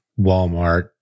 Walmart